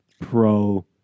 pro